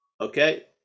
Okay